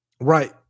Right